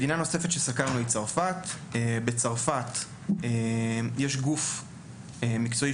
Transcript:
בצרפת יש גוף מקצועי,